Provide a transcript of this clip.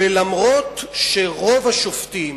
אף שרוב השופטים,